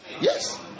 Yes